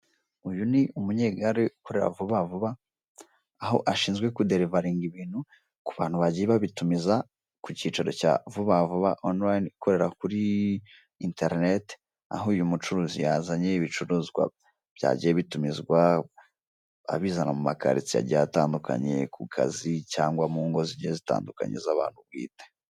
Uyu ni umunyegare ukorera Vuba Vuba, aho ashinzwe kuderivaringa ibintu ku bantu bagiye babitumiza ku cyicaro cya Vuba Vuba onulayini ikorera kuri interineti, aho uyu mucuruzi yazanye ibicuruzwa byagiye bitumizwa, abizana mu makaritsiye agiye atandukanye, ku kazi cyangwa mu ngo zigiye zitandukanye z'abantu bwite.